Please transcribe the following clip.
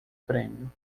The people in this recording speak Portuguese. prêmio